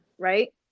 right